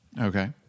Okay